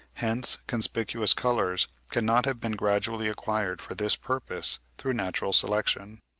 hence conspicuous colours cannot have been gradually acquired for this purpose through natural selection.